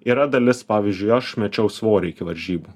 yra dalis pavyzdžiui aš mečiau svorį iki varžybų